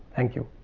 thank you.